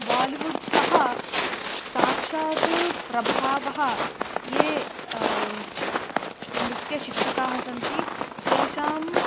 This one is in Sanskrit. बालिवुड् तः साक्षात् प्रभावः ये नृत्यशिक्षकाः सन्ति तेषाम्